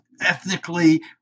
ethnically